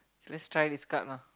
let's try this card lah